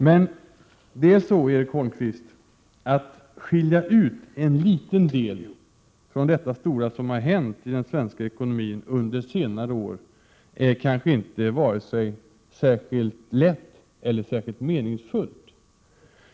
Men att skilja ut en liten del av allt som har hänt i den svenska ekonomin under senare år är kanske inte vare sig särskilt lätt eller särskilt meningsfullt.